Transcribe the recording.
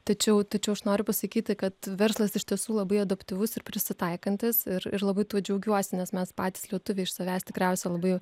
tačiau tačiau aš noriu pasakyti kad verslas iš tiesų labai adaptyvus ir prisitaikantis ir ir labai tuo džiaugiuosi nes mes patys lietuviai iš savęs tikriausiai labai